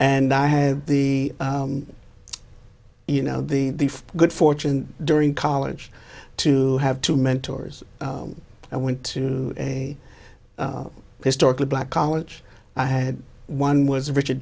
and i have the you know the good fortune during college to have two mentors i went to a historically black college i had one was richard